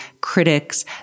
critics